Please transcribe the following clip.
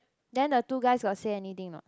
then the two guys got say anything not